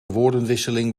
woordenwisseling